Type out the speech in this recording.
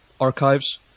archives